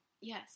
Yes